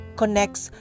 connects